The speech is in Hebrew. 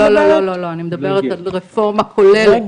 לא, אני מדברת על רפורמה כוללת.